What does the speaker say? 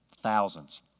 thousands